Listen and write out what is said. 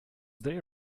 they